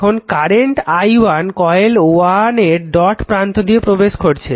এখন current i1 কয়েল 1 এর ডট প্রান্ত দিয়ে প্রবেশ করছে